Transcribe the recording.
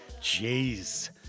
Jeez